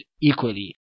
equally